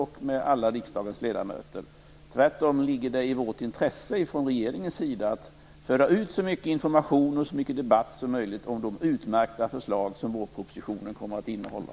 Det ligger tvärtom i vårt intresse att från regeringens sida ge så mycket information och föra så mycket debatt som möjligt om de utmärkta förslag som vårpropositionen kommer att innehålla.